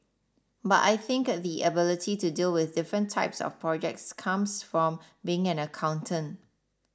but I think the ability to deal with different types of projects comes from being an accountant